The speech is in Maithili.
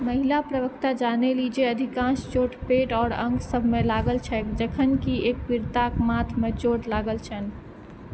महिला प्रवक्ता जानलनि जे अधिकाँश चोट पेट आओर अङ्ग सभमे लागल छै जखन कि एक पीड़िताके माथमे चोट लागल छनि